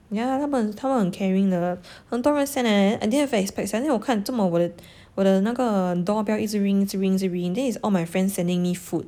yeah 他们他们很 caring 的很多人 send eh I didn't even expect sia then 我看这么我的那个 doorbell 一直 ring 一直 ring 一直 ring then is all my friends sending me food